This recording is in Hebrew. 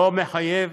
לא מחייב,